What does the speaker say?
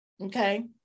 okay